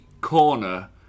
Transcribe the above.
corner